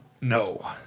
no